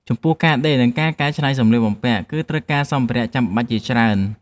ចំពោះ ការដេរ និងការកែច្នៃសម្លៀកបំពាក់ គឺត្រូវការសម្ភារៈចាំបាច់ជាច្រើន។